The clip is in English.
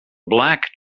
black